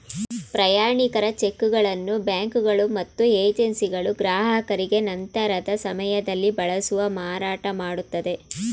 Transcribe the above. ಪ್ರಯಾಣಿಕರ ಚಿಕ್ಗಳನ್ನು ಬ್ಯಾಂಕುಗಳು ಮತ್ತು ಏಜೆನ್ಸಿಗಳು ಗ್ರಾಹಕರಿಗೆ ನಂತರದ ಸಮಯದಲ್ಲಿ ಬಳಸಲು ಮಾರಾಟಮಾಡುತ್ತದೆ